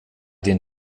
den